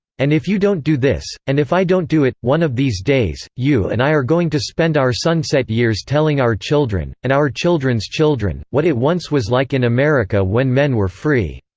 and if you don't do this, and if i don't do it, one of these days, you and i are going to spend our sunset years telling our children, and our children's children, what it once was like in america when men were free.